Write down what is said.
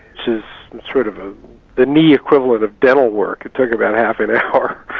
so sort of ah the knee equivalent of dental work, it took about half an hour.